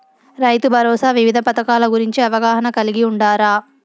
రైతుభరోసా వివిధ పథకాల గురించి అవగాహన కలిగి వుండారా?